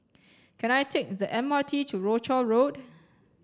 can I take the M R T to Rochor Road